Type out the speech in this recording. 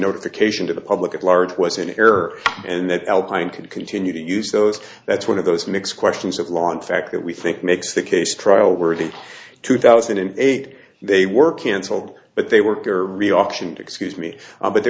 notification to the public at large was in error and that alpine could continue to use those that's one of those mix questions of law in fact that we think makes the case trial worthy two thousand and eight they were cancelled but they work or read optioned excuse me but they